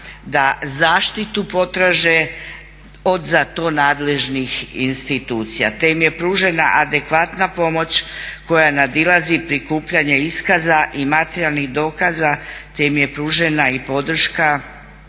da zaštitu potraže od za to nadležnih institucija te im je pružena adekvatna pomoć koja nadilazi prikupljanje iskaza i materijalnih dokaza te im je pružena podrška